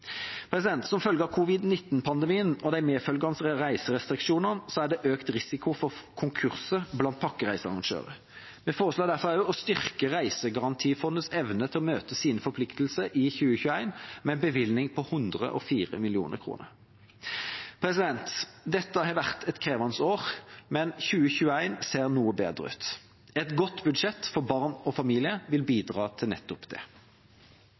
Som følge av covid-19-pandemien og de medfølgende reiserestriksjonene er det økt risiko for konkurser blant pakkereisearrangører. Vi foreslår derfor også å styrke Reisegarantifondets evne til å møte sine forpliktelser i 2021 med en bevilgning på 104 mill. kr. Dette har vært et krevende år, men 2021 ser noe bedre ut. Et godt budsjett for barn og familier vil bidra til nettopp det.